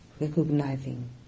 Recognizing